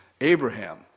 Abraham